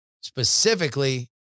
specifically